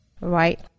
Right